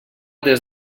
des